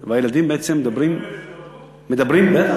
והילדים, בעצם, מדברים זה בדוק?